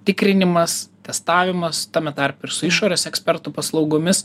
tikrinimas testavimas tame tarpe ir su išorės ekspertų paslaugomis